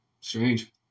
Strange